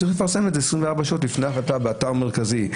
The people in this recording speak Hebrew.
צריך לפרסם את זה 24 שעות לפני ההחלטה באתר המרכזי.